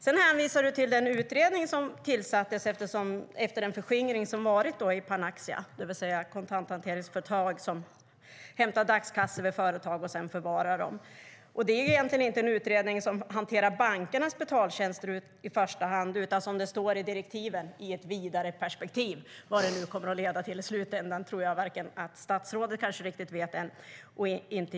Du hänvisar till den utredning som tillsattes efter förskingringen i Panaxia, det vill säga ett kontakthanteringsföretag som hämtar dagskassor hos företag och sedan förvarar dem. Det är egentligen inte en utredning som hanterar bankernas betaltjänster i första hand utan det är, som det står i direktiven, ett vidare perspektiv. Vad det kommer att leda till i slutändan tror jag att varken statsrådet eller jag vet.